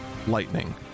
lightning